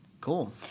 Cool